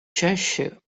чаще